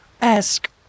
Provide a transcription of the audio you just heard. Ask